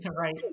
Right